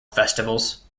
festivals